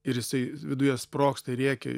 ir jisai viduje sprogsta rėkia